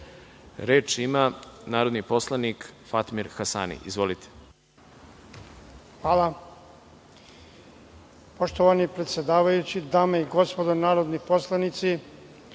ima narodni poslanik Fatmir Hasani. **Fatmir Hasani** Poštovani predsedavajući, dame i gospodo narodni poslanici,